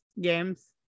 games